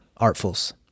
artfuls